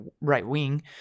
right-wing